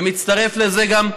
ומצטרפת לזה גם היום,